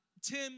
Tim